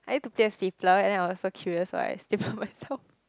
I need a stapler and I was so curious so I stapler myself